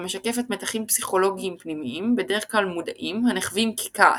המשקפת מתחים פסיכולוגיים פנימיים בדרך כלל מודעים הנחווים ככעס,